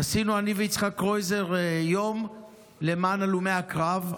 עשינו אני ויצחק קרויזר יום למען הלומי הקרב.